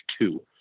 two